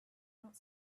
not